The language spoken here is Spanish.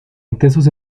intensos